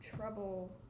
trouble